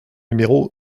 numéro